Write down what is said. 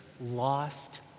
lost